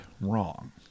wrong